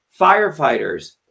Firefighters